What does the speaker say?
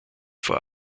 vor